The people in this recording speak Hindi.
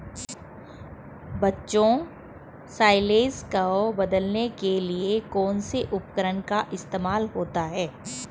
बच्चों साइलेज को बदलने के लिए कौन से उपकरण का इस्तेमाल होता है?